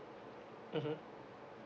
mmhmm